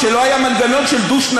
כשלא היה מנגנון של דו-שנתי,